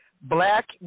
Black